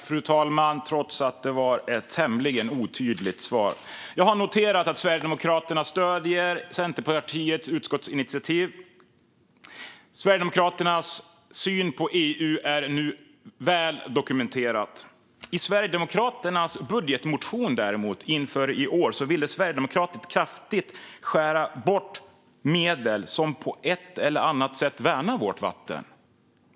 Fru talman! Det var ett tämligen otydligt svar. Jag har noterat att Sverigedemokraterna stöder Centerpartiets utskottsinitiativ. Sverigedemokraternas syn på EU är nu väl dokumenterad. I Sverigedemokraternas budgetmotion inför i år ville man däremot kraftigt skära bort medel som på ett eller annat sätt värnar vårt vatten.